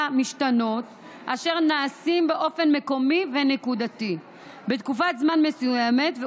משתנות אשר נעשים באופן מקומי ונקודתי בתקופת זמן מסוימת,